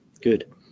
good